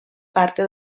parte